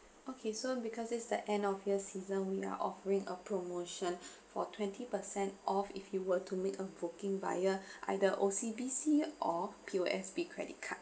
okay so because it's the end of year season we are offering a promotion for twenty percent off if you want to make a booking via either O_C_B_C or P_O_S_B credit card